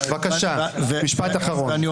בבקשה, משפט אחרון.